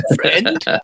Friend